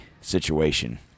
situation